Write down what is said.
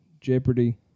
Jeopardy